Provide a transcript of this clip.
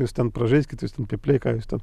jūs ten pražaiskit jūs ten pypliai ką jūs ten